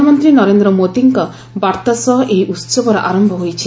ପ୍ରଧାନମନ୍ତ୍ରୀ ନରେନ୍ଦ୍ର ମୋଦିଙ୍କ ବାର୍ତ୍ତା ସହ ଏହି ଉହବର ଆରମ୍ଭ ହୋଇଛି